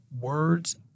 words